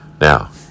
Now